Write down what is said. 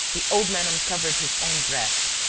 the old man uncovered his own breast,